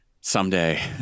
someday